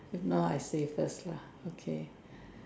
if not I save first lah okay